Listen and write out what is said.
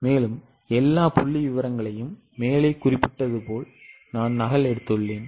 எனவே எல்லா புள்ளிவிவரங்களையும் மேலே குறிப்பிட்டது போல் நான் நகல் எடுத்து உள்ளேன்